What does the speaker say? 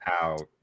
out